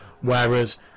whereas